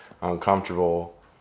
uncomfortable